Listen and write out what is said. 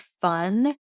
fun